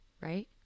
right